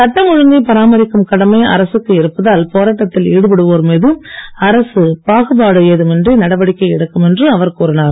சட்டம் ஒழுங்கை பராமரிக்கும் கடமை அரசுக்கு இருப்பதால் போராட்டத்தில் ஈடுபடுவோர் மீது அரசு பாகுபாடு ஏதுமின்றி நடவடிக்கை எடுக்கும் என்று அவர் கூறினார்